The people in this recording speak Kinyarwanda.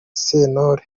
sentore